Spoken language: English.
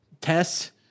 tests